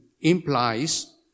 implies